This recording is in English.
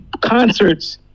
concerts